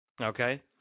Okay